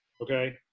Okay